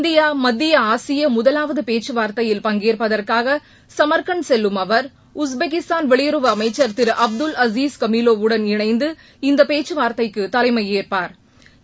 India மத்திய ஆசிய முதவாவது பேச்சுவார்த்தையில் பங்கேற்பதற்காக சமர்கண்ட் செல்லும் அவர் உஸ்பெகிஸ்தான் வெளியுறவு அமைச்சர் திரு அப்துல் அஸீஸ் காமிலோவுடன் இணைந்து இந்த பேச்சுவார்த்தைக்கு தலைமை ஏற்பாா்